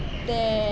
then